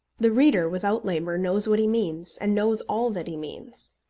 the reader, without labour, knows what he means, and knows all that he means.